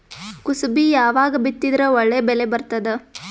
ಕುಸಬಿ ಯಾವಾಗ ಬಿತ್ತಿದರ ಒಳ್ಳೆ ಬೆಲೆ ಬರತದ?